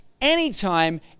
anytime